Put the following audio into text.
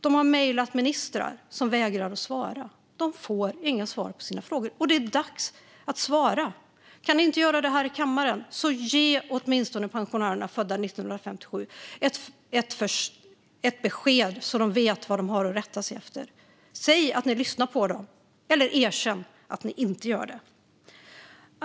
De har mejlat ministrar som vägrar att svara. Det är dags att svara! Om ni inte kan göra det här i kammaren - ge åtminstone pensionärerna födda 1957 ett besked så att de vet vad de har att rätta sig efter! Säg att ni lyssnar på dem, eller erkänn att ni inte gör det!